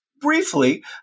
Briefly